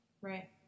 Right